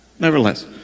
Nevertheless